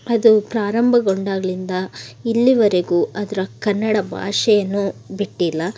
ಅದು ಪ್ರಾರಂಭಗೊಂಡಾಗಲಿಂದ ಇಲ್ಲಿಯವರೆಗೂ ಅದರ ಕನ್ನಡ ಭಾಷೆಯನ್ನು ಬಿಟ್ಟಿಲ್ಲ